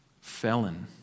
felon